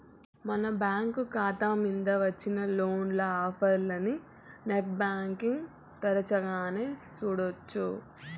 మన బ్యాంకు కాతా మింద వచ్చిన లోను ఆఫర్లనీ నెట్ బ్యాంటింగ్ తెరచగానే సూడొచ్చు